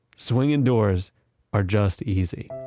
swinging doors are just easy.